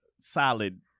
solid